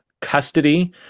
custody